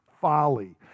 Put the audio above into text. folly